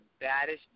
baddest